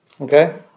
Okay